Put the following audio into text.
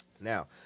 Now